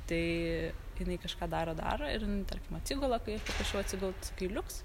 tai jinai kažką daro daro ir jinai tarkim atsigula kai aš paprašau atsigult sakai liuks